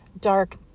Dark